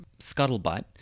scuttlebutt